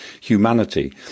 humanity